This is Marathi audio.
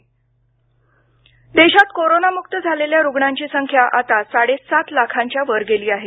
कोरोना देश देशात कोरोनामुक्त झालेल्या रुग्णांची संख्या आता साडे सात लाखांच्या वर गेली आहे